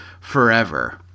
Forever